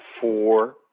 four